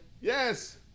yes